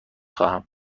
خواهم